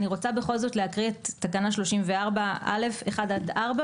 אני רוצה בכל זאת להקריא את תקנה 34(א)(1) עד (4)